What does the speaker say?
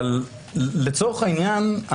לצורך העניין,